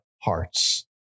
hearts